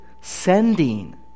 Sending